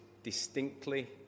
distinctly